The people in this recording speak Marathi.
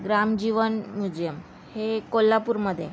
ग्रामजीवन म्युझियम हे कोल्हापूरमध्ये